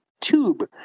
tube